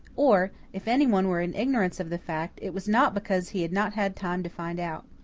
or, if anyone were in ignorance of the fact, it was not because he had not had time to find out.